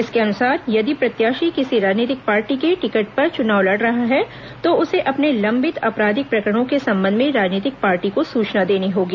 इसके अनुसार यदि प्रत्याशी किसी राजनीतिक पार्टी के टिकट पर चुनाव लड़ रहा है तो उसे अपने लंबित आपराधिक प्रकरणों के संबंध में राजनीतिक पार्टी को सूचना देनी होगी